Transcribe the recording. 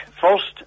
First